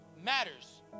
matters